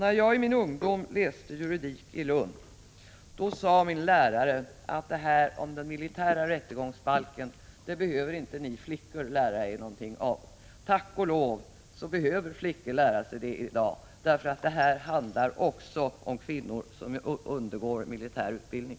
När jag i min ungdom läste juridik i Lund sade min lärare: Den militära rättegångsbalken behöver inte ni flickor lära er någonting om. Tack och lov behöver flickor lära sig det i dag, för den handlar också om kvinnor som undergår militär utbildning.